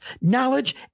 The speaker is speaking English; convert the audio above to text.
knowledge